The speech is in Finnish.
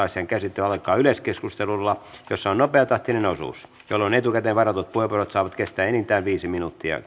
asian käsittely alkaa yleiskeskustelulla jossa on nopeatahtinen osuus jolloin etukäteen varatut puheenvuorot saavat kestää enintään viisi minuuttia